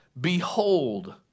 behold